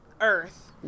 earth